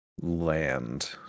land